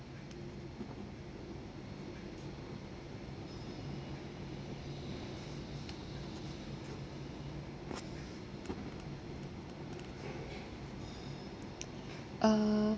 uh